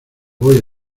voy